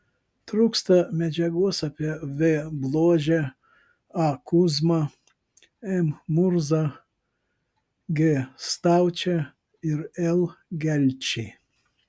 trūksta medžiagos apie v bložę a kuzmą m murzą g staučę ir l gelčį